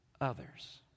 others